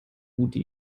gute